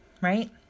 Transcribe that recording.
right